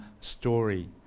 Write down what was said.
story